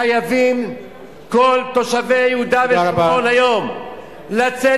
חייבים כל תושבי יהודה ושומרון היום לצאת